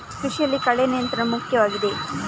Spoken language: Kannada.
ಕೃಷಿಯಲ್ಲಿ ಕಳೆ ನಿಯಂತ್ರಣ ಮುಖ್ಯವಾಗಿದೆ